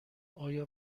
آیا